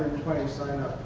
twenty sign up.